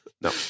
No